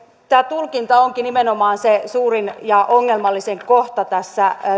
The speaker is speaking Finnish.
tämä tulkinta onkin nimenomaan se suurin ja ongelmallisin kohta tässä